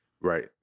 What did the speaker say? right